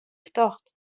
betocht